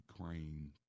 Ukraine